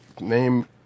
name